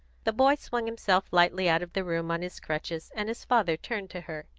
the boy swung himself lightly out of the room on his crutches, and his father turned to her.